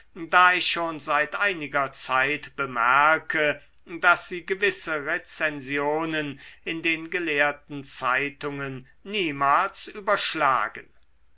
da ich schon seit einiger zeit bemerke daß sie gewisse rezensionen in den gelehrten zeitungen niemals überschlagen